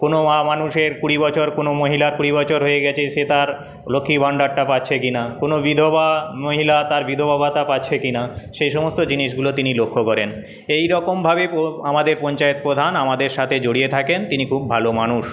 কোন মানুষের কুড়ি বছর কোন মহিলার কুড়ি বছর হয়ে গেছে সে তার লক্ষ্মীর ভাণ্ডারটা পাচ্ছে কিনা কোন বিধবা মহিলা তার বিধবা ভাতা পাচ্ছে কিনা সে সমস্ত জিনিসগুলো তিনি লক্ষ্য করেন এইরকমভাবে আমাদের পঞ্চায়েত প্রধান আমাদের সাথে জড়িয়ে থাকেন তিনি খুব ভালো মানুষ